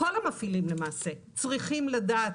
כל המפעילים למעשה צריכים לדעת,